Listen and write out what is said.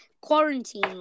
quarantine